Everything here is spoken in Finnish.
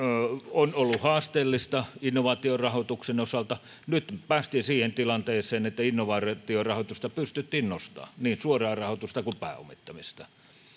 on ollut haasteellista innovaatiorahoituksen osalta nyt päästiin siihen tilanteeseen että innovaatiorahoitusta pystyttiin nostamaan niin suoraa rahoitusta kuin pääomittamista